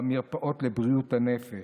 במרפאות לבריאות הנפש,